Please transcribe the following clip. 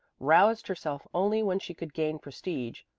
roused herself only when she could gain prestige,